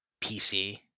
PC